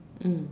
mm